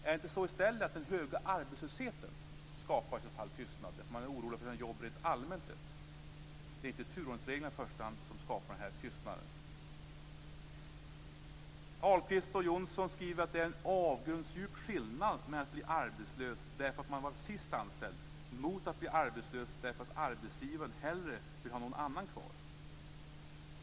Är det inte i stället den höga arbetslösheten som skapar tystnad, därför att man är orolig för jobbet rent allmänt sett. Det är inte turordningsreglerna som i första hand skapar tystnaden. Ahlqvist och Jonsson skriver att det är en "avgrundsdjup skillnad mellan att bli arbetslös därför att man var sist anställd mot att bli arbetslös därför att arbetsgivaren hellre ville ha någon annan kvar".